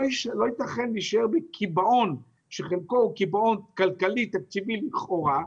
ייתכן להישאר בקיבעון שחלקו הוא כלכלי תקציבי לכאורה,